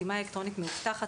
"חתימה אלקטרונית מאובטחת",